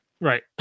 Right